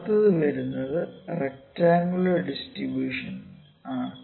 അടുത്തത് വരുന്നത് rectangular distribution ആണ്